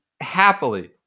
happily